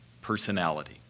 personality